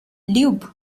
lube